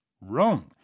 Wrong